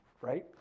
right